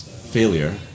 failure